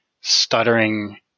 stuttering